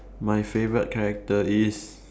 my favourite character is